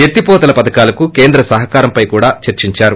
ఎత్తిపోతల పథకాలకు కేంద్ర సహకారంపైనా చర్చిందారు